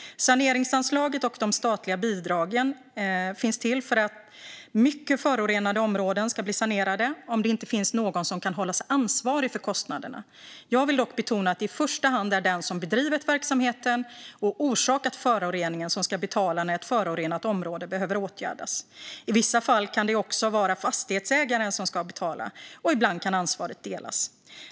Saneringsanslaget och de statliga bidragen finns till för att mycket förorenade områden ska bli sanerade om det inte finns någon som kan hållas ansvarig för kostnaderna. Jag vill dock betona att det i första hand är den som bedrivit verksamheten och orsakat föroreningen som ska betala när ett förorenat område behöver åtgärdas. I vissa fall kan det också vara fastighetsägaren som ska betala, och ibland kan ansvaret delas.